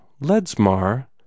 Ledsmar